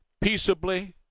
peaceably